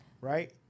right